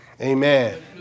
Amen